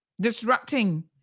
disrupting